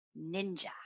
ninja